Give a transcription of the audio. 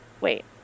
wait